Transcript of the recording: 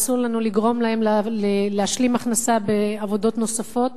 ואסור לנו לגרום להם להשלים הכנסה בעבודות נוספות.